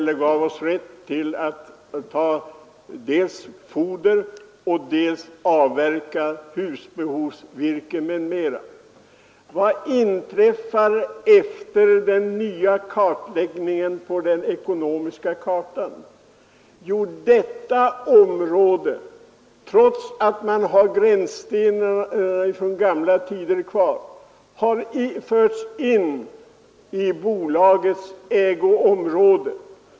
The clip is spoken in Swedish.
Det gav oss rätt dels att ta foder, dels att avverka husbehovsvirke m.m. Vad inträffar efter den nya kartläggningen på den ekonomiska kartan? Jo, trots att gränsstenarna från gamla tider finns kvar har detta område förts in i bolagets ägoområden.